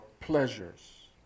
pleasures